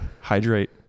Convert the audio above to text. hydrate